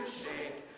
shake